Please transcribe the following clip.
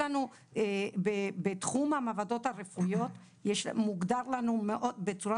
בתחום המעבדות הרפואיות מוגדר לנו בצורה